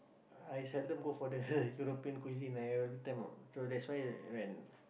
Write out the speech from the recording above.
I seldom go for the European cuisine so that's why when